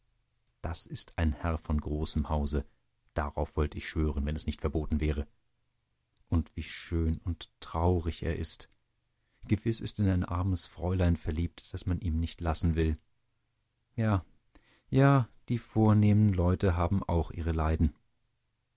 das ist ein herr von großem hause darauf wollt ich schwören wenn es nicht verboten wäre und wie schön und traurig er ist gewiß ist er in ein armes fräulein verliebt das man ihm nicht lassen will ja ja die vornehmen leute haben auch ihre leiden